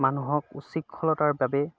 মানুহক উশৃংখলতাৰ বাবে